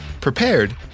prepared